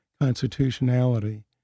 constitutionality